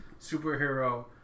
superhero